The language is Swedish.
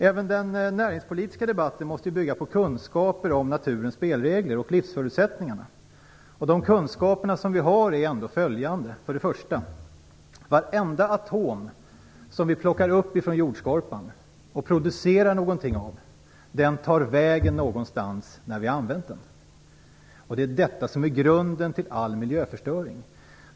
Även den näringspolitiska debatten måste bygga på kunskaper om naturens spelregler och livsförutsättningarna. De kunskaper vi har är ändå följande. Varenda atom som vi plockar upp från jordskorpan och producerar någonting av tar vägen någonstans när vi har använt den. Det är detta som är grunden till all miljöförstöring.